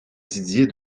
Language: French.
didier